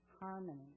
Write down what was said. Harmony